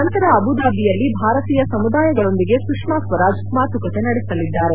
ನಂತರ ಅಬುದಾಬಿಯಲ್ಲಿ ಭಾರತೀಯ ಸಮುದಾಯಲದೊಂದಿಗೆ ಸುಷ್ಮಾ ಸ್ವರಾಜ್ ಮಾತುಕತೆ ನಡೆಸಲಿದ್ದಾರೆ